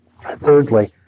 Thirdly